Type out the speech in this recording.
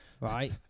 right